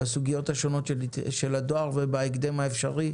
בסוגיות השונות של הדואר ובהקדם האפשרי.